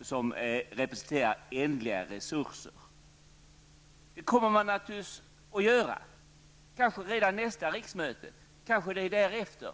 som representerar ändliga resurser. Men det kommer man naturligtvis att göra, kanske redan under nästa riksmöte eller riksmötet därefter.